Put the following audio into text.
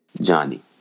Johnny